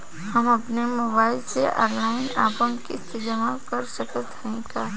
हम अपने मोबाइल से ऑनलाइन आपन किस्त जमा कर सकत हई का?